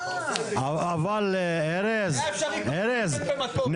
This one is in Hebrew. מה זה הטיעון הזה?